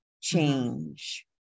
change